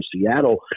Seattle